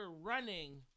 running